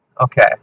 Okay